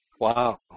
Wow